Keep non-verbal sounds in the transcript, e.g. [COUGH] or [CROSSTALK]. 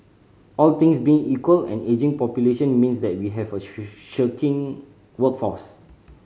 all things being equal an ageing population means that we have a [UNINTELLIGIBLE] shirking workforce